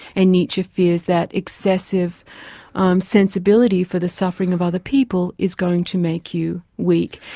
and nietzsche fears that excessive sensibility for the suffering of other people is going to make you weak.